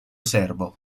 serbo